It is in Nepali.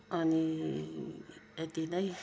अनि यति नै